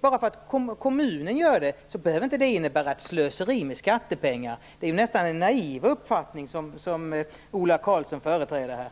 Bara för att kommunen gör det behöver det inte innebära ett slöseri med skattepengar. Det är nästan en naiv uppfattning som Ola Karlsson företräder här.